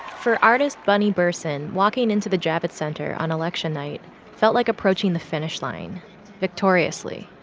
for artist bunnie berson, walking into the javits center on election night felt like approaching the finish line victoriously.